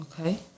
Okay